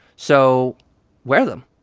so wear them.